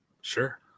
Sure